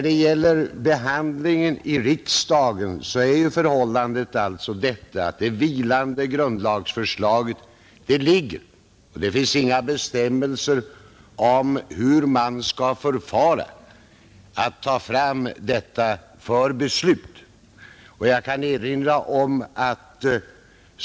Det finns inga bestämmelser om hur man i riksdagen skall förfara för att ta fram det vilande grundlagsförslaget för beslut.